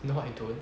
no I don't